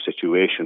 situation